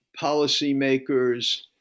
policymakers